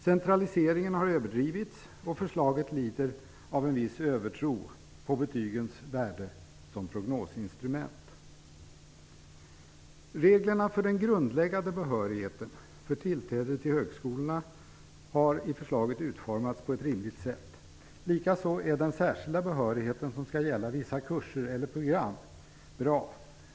Centraliseringen har överdrivits, och förslaget lider av en viss övertro på betygens värde som prognosinstrument. Reglerna för den grundläggande behörigheten för tillträde till högskolorna har i förslaget utformats på ett rimligt sätt. Likaså är den särskilda behörigheten, som skall gälla vissa kurser eller program, bra.